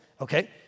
okay